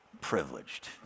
privileged